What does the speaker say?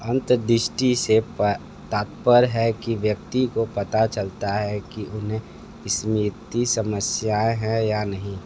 अंतदृष्टि से तात्पर्य है कि व्यक्ती को पता चलता है कि उन्हें स्मृति समस्याएँ हैं या नहीं